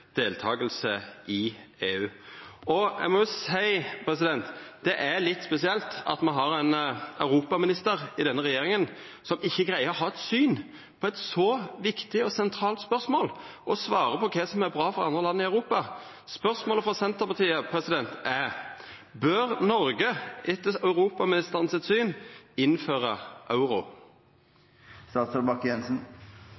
i EU. Eg må seia at det er litt spesielt at me har ein europaminister i denne regjeringa som ikkje greier å ha eit syn på eit så viktig og sentralt spørsmål, og svarer på kva som er bra for andre land i Europa. Spørsmålet frå Senterpartiet er: Bør Noreg, etter europaministeren sitt syn, innføra